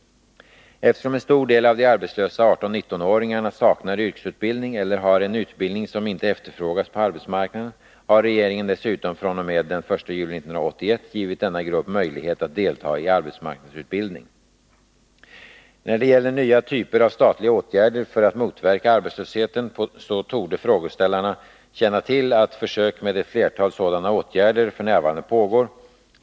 Eftersom en stor del av de arbetslösa 18-19-åringarna saknar yrkesutbildning eller har en utbildning som inte efterfrågas på arbetsmarknaden, har regeringen dessutom fr.o.m. den 1 juli 1981 givit denna grupp möjlighet att delta i arbetsmarknadsutbildning. När det gäller nya typer av statliga åtgärder för att motverka arbetslösheten, så torde frågeställarna känna till att försök med ett flertal sådana åtgärder f.n. pågår.